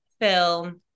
film